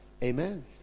Amen